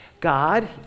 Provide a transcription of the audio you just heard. God